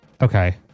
Okay